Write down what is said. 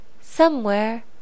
somewhere